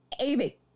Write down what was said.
Amy